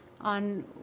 on